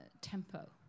tempo